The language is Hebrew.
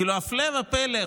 כאילו הפלא ופלא,